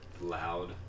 Loud